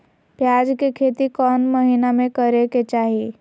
प्याज के खेती कौन महीना में करेके चाही?